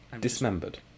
Dismembered